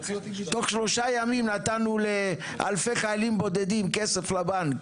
תוך שלושה ימים נתנו לאלפי חיילים בודדים כסף לבנק.